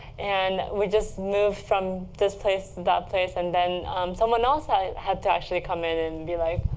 and we just moved from this place to that place. and then someone else had had to actually come in and be like,